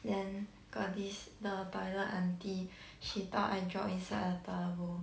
then got this the toilet auntie she thought I drop inside the toilet bowl